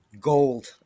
gold